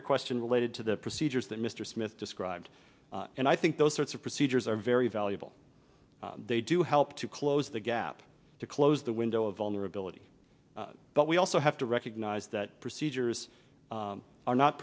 your question related to the procedures that mr smith described and i think those sorts of procedures are very valuable they do help to close the gap to close the window of vulnerability but we also have to recognize that procedures are not